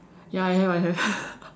ya I have I have